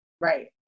Right